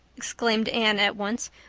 exclaimed anne at once.